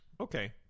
Okay